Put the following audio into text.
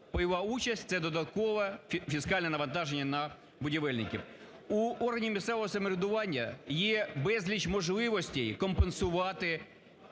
Пайова участь – це додаткове фіскальне навантаження на будівельників. У органів місцевого самоврядування є безліч можливостей компенсувати